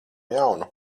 jaunu